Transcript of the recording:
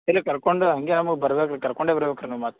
ಇಲ್ಲ ಕರ್ಕೊಂಡು ಹಾಗೇ ನಮಗೆ ಬರ್ಬೇಕು ರೀ ಕರ್ಕೊಂಡೇ ಬರ್ಬೇಕು ರೀ ನಮ್ಗೆ ಮತ್ತೆ